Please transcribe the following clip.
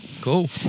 Cool